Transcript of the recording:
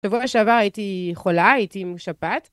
שבוע שעבר הייתי חולה, הייתי עם שפעת.